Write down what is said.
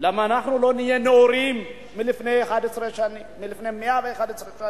למה אנחנו לא נהיה נאורים כמו אלה מלפני 111 שנים?